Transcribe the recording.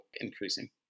increasing